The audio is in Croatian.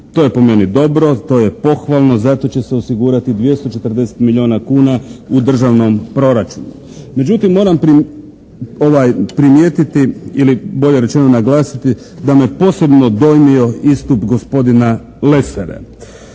To je po meni dobro, to je pohvalno, za to će se osigurati 240 milijuna kuna u državnom proračunu. Međutim, moram primijetiti ili bolje rečeno naglasiti da me posebno dojmio istup gospodina Lesara.